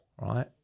right